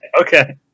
Okay